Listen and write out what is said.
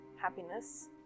happiness